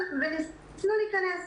וניסינו להיכנס.